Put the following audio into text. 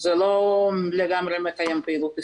זה לא לגמרי מקיים פעילות עסקית,